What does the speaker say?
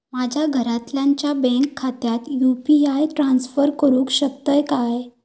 माझ्या घरातल्याच्या बँक खात्यात यू.पी.आय ट्रान्स्फर करुक शकतय काय?